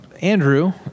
Andrew